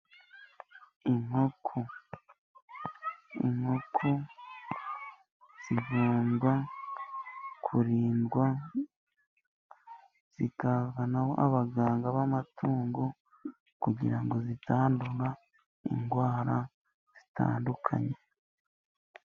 Inkoko, inkoko zigomba kurindwa, zikagira nazo abaganga b'amatungo, kugira ngo zitandura indwara zitandukanye.